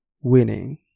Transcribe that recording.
winning